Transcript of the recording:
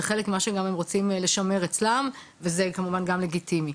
חלק גם ממה שהם רוצים לשמר אצלם וזה כמובן גם לגיטימי.